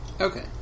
Okay